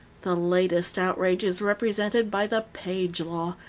the latest outrage is represented by the page law,